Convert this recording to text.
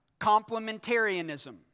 complementarianism